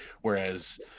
Whereas